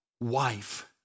Wife